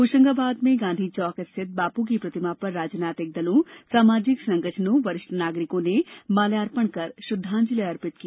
होशंगाबाद में गांधी चौक रिथत बापू की प्रतिमा पर राजनैतिक दलों सामाजिक संगठनों वरिष्ठ नागरिकों ने माल्यार्पण कर श्रद्वांजलि अर्पित की